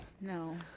No